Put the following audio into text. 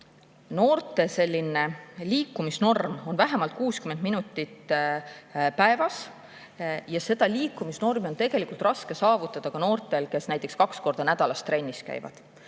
Noorte liikumisnorm on vähemalt 60 minutit päevas ja seda normi on raske saavutada ka noortel, kes näiteks kaks korda nädalas trennis käivad.